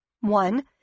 One